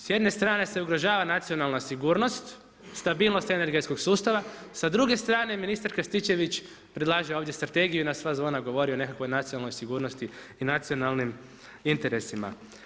S jedne se ugrožava nacionalna sigurnost, stabilnost energetskog sustava, s druge strane, ministar Krstičević predlaže ovdje strategiju i na sva zvona govori o nekakvoj nacionalnoj sigurnosti i nacionalnim interesima.